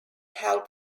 help